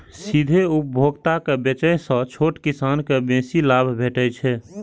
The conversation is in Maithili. सीधे उपभोक्ता के बेचय सं छोट किसान कें बेसी लाभ भेटै छै